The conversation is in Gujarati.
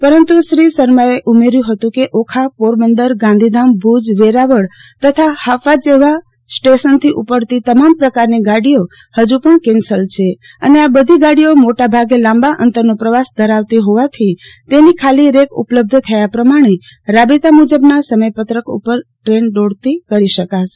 પરંતુ શ્રી શર્માએ ઉમેર્યું હતું કે ઓખા પોરબંદર ગાંધીધામ ભુજ વેરાવળ તથા હાપા જેવા સ્ટેશનથી ઉપડતી તમામ પ્રકારની ગાડીઓ હજૂ પણ કેન્સલ છે અને આ બધી ગાડીઓ મોટા ભાગે લાંબા અંતરનો પ્રવાસ ધરાવતી હોવાથી તેની ખાલી રેક ઉપલબ્ધ થયા પ્રમાણે રાબેતા મુજબના સમયપત્રક ઉપર ટ્રેન દોડતી કરી શકાશે